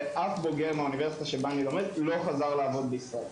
ואף בוגר מהאוניברסיטה שבה אני לומד לא חזר לעבוד בישראל.